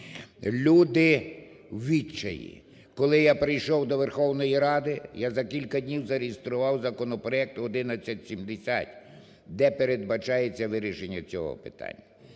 Люди у відчаї, коли я прийшов до Верховної Ради, я за кілька днів зареєстрував законопроект 1170, де передбачається вирішення цього питання.